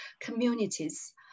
communities